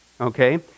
Okay